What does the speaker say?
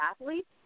athletes